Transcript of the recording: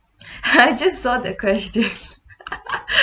I just saw the question